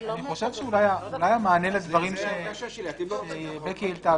אני חושב שאולי המענה לדברים שבקי העלתה